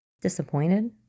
Disappointed